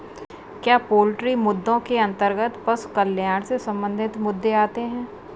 क्या पोल्ट्री मुद्दों के अंतर्गत पशु कल्याण से संबंधित मुद्दे आते हैं?